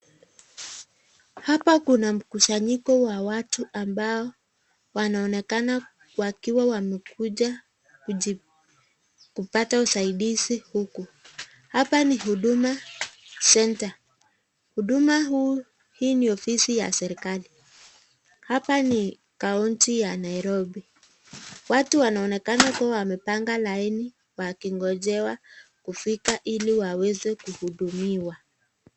Hapa kuna mkusanyiko wa watu ambao wanaonekana wakiwa wamekuja kupata usaidizi huku. Hapa ni Huduma Center . Huduma huu, hii ni ofisi ya serikali. Hapa ni kaunti ya Nairobi. Watu wanaonekana kuwa wamepanga laini wakingojewa kufika ili waweze kuhudumiwa.